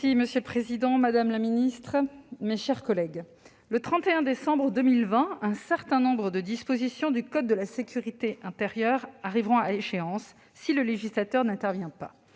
Monsieur le président, madame la ministre, mes chers collègues, le 31 décembre 2020, un certain nombre de dispositions du code de la sécurité intérieure arriveront à échéance, si le législateur n'intervient pas.